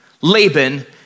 Laban